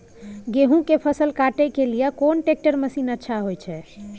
गेहूं के फसल काटे के लिए कोन ट्रैक्टर मसीन अच्छा होय छै?